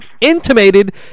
intimated